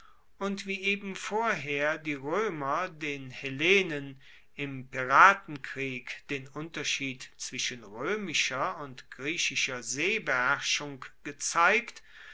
und wie eben vorher die roemer den hellenen im piratenkrieg den unterschied zwischen roemischer und griechischer seebeherrschung gezeigt